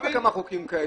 העברת כמה חוקים כאלה.